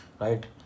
right